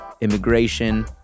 immigration